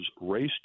race